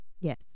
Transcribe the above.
Yes